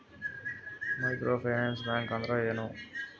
Micro finance bank ಅಂದ್ರ ಏನು?